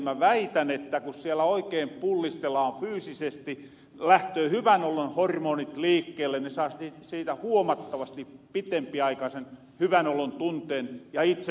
mä väitän että ku siellä oikein pullistellaan fyysisesti lähtöö hyvänolon hormoonit liikkeelle ne saa siitä huomattavasti pitempiaikaisen hyvänolontunteen ja itsetunto nousoo